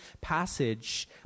passage